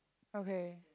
okay